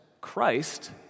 Christ